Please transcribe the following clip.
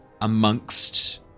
amongst